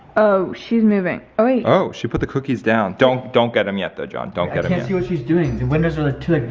oh she's moving. oh wait. oh, she put the cookies down. don't, don't get them yet though john. don't get it. i can't see what she's doing. the windows are ah